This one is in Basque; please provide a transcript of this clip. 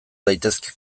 daitezke